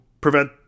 prevent